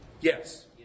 yes